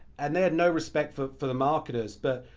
and they had no respect for for the marketers but,